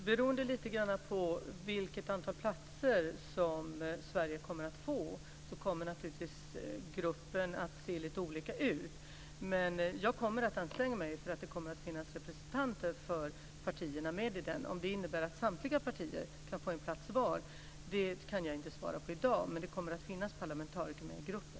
Herr talman! Beroende på vilket antal platser Sverige får kommer gruppen naturligtvis att se lite olika ut. Men jag kommer att anstränga mig för att det ska finnas representanter för partierna med i den. Om det innebär att samtliga partier kan få en plats var, kan jag inte svara på i dag, men det kommer att finnas parlamentariker med i gruppen.